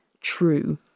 true